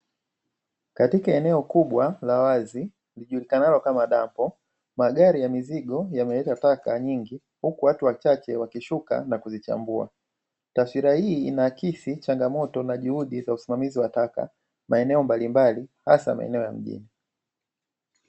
Katika eneo kubwa la wazi lijulikanalo kama dampo, magari ya mizigo yameleta taka nyingi huku watu wachache wakishuka na kuzichambua. Taswira hii inaakisi changamoto na juhudi za usimamizi wa taka maeneo mbalimbali hasa maeneo ya mjini.